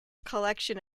collection